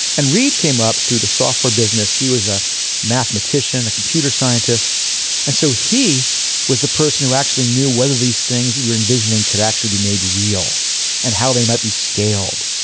and reid came up through the software business. he was a mathematician a computer scientist and so he was the person who actually knew whether these things are envisioning could actually be made real and how they might be scaled.